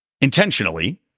intentionally